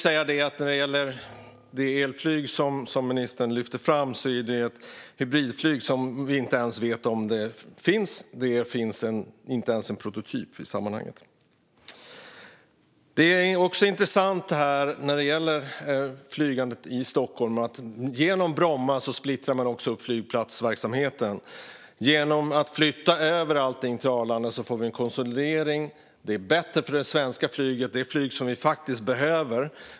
När det gäller det elflyg som ministern lyfter fram är det ett hybridflyg som vi inte ens vet om det finns. Det finns inte ens en prototyp i sammanhanget. Det är också intressant när det gäller flygandet i Stockholm att genom Bromma splittrar man flygplatsverksamheten. Genom att flytta över allt till Arlanda får vi en konsolidering. Det är bättre för det svenska flyget, det flyg som vi faktiskt behöver.